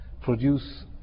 produce